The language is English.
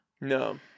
No